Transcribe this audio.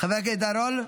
חבר הכנסת עידן רול,